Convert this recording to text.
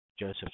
Joseph